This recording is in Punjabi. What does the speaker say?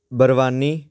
ਬਰਵਾਨੀ